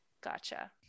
gotcha